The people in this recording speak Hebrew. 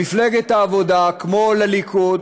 למפלגת העבודה, כמו לליכוד,